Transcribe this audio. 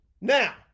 Now